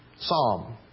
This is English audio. psalm